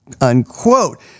unquote